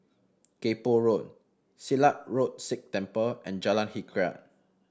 Kay Poh Road Silat Road Sikh Temple and Jalan Hikayat